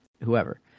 whoever